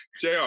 JR